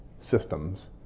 systems